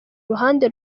ruhande